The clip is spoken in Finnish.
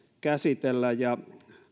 käsitellä ja